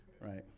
Right